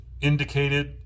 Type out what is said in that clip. indicated